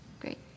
Great